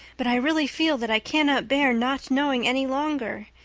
but i really feel that i cannot bear not knowing any longer.